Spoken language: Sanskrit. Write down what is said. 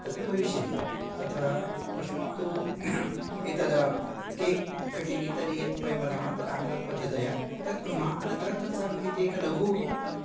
तत्र भविष्यति तत्र प्रथमं तु एतद् केक् कट्टिङ्ग् इत्यादयः यत् वयं वदामः तद् आङ्ग्लपद्धत्या तत् कुर्मः अनन्तरं तत्सर्वं किञ्चित् एकं लघु